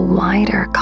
wider